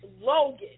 Logan